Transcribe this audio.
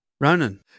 Ronan